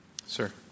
Sir